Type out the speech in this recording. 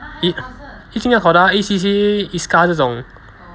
一定要考的 ah A_C_C_A ISCA 这种